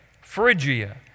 Phrygia